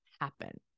happen